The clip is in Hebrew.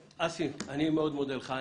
אסי, אני מאוד מודה לך.